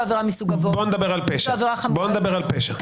בואו נדבר על פשע.